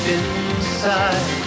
inside